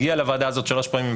הגיעה לוועדה הזאת שלוש פעמים,